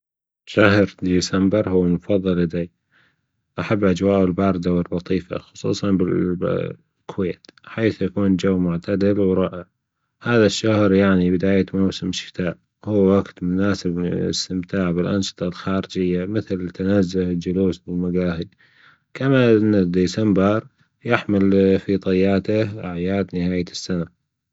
شهر ديسمبر هو المفضل لدى أحب أجوائة الباردة واللطيفه خصوصا ب ب بالكويت حيث يكون جو معتدل ورائع هذا الشهر يعنى بداية موسم شتاء هو وقت مناسب للاستمتاع بالانشطة الخارجيه مثل التنزه والجلوس فى المجاهى كما أن ديسمبر يحمل فى طياتة أعياد نهاية السنه